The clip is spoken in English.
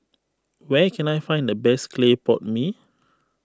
where can I find the best Clay Pot Mee